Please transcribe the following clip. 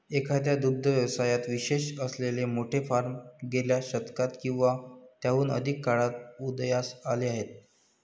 एकट्या दुग्ध व्यवसायात विशेष असलेले मोठे फार्म गेल्या शतकात किंवा त्याहून अधिक काळात उदयास आले आहेत